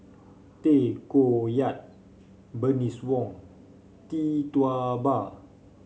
Tay Koh Yat Bernice Wong Tee Tua Ba